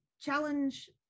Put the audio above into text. challenge